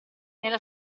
nella